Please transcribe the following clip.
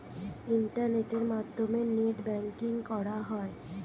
ইন্টারনেটের মাধ্যমে net banking করা হয়